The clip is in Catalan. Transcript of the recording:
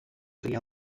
crià